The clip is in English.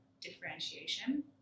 differentiation